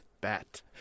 bat